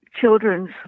children's